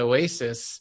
Oasis